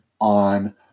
on